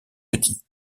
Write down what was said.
petits